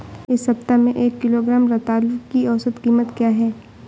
इस सप्ताह में एक किलोग्राम रतालू की औसत कीमत क्या है?